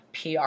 PR